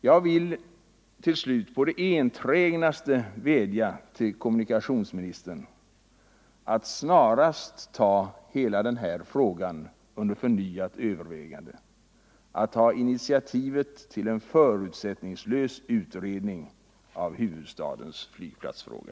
Jag vill till slut på det enträgnaste vädja till kommunikationsministern att snarast ta hela den här frågan under förnyat övervägande, att ta initiativ till en ny förutsättningslös utredning av huvudstadens flygplatsfråga.